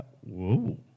Whoa